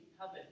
covered